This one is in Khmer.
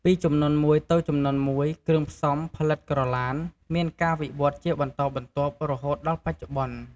ពីជំនាន់មួយទៅជំនាន់មួយ គ្រឿងផ្សំផលិតក្រឡាន មានការវិវឌ្ឍជាបន្តបន្ទាប់រហូតដល់បច្ចុប្បន្ន។